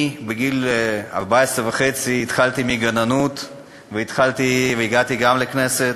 אני, בגיל 14.5 התחלתי מגננות והגעתי לכנסת.